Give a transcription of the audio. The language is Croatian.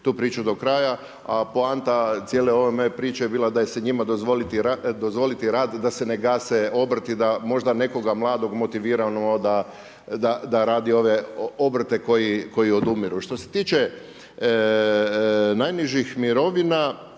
tu priči do kraja a poanta cijele ove priče je bila da se njima dozvoli rad, da se ne gase obrti, da možda nekoga mladog motiviramo da radi ove obrte ove obrte koji odumiru. Što se tiče najnižih mirovina,